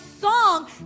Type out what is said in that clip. song